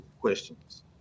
questions